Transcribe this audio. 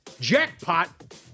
Jackpot